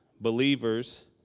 believers